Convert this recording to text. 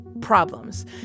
problems